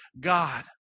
God